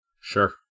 Sure